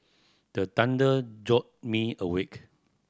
the thunder jolt me awake